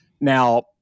Now